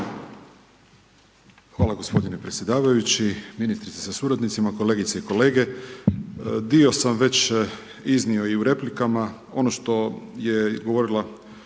Hvala gospodine predsjedavajući. Ministrice sa suradnicima, kolegice i kolege. Dio sam već iznio i u replikama, ono što je govorila